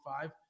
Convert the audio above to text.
five